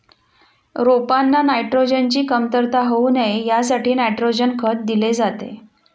रोपांना नायट्रोजनची कमतरता होऊ नये यासाठी नायट्रोजन खत दिले जाते